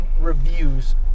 reviews